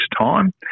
time